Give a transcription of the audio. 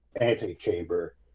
antechamber